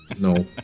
No